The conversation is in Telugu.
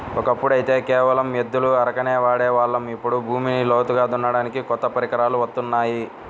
ఒకప్పుడైతే కేవలం ఎద్దుల అరకనే వాడే వాళ్ళం, ఇప్పుడు భూమిని లోతుగా దున్నడానికి కొత్త పరికరాలు వత్తున్నాయి